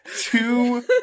two